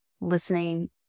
listening